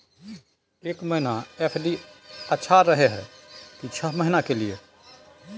एक महीना एफ.डी अच्छा रहय हय की छः महीना के लिए?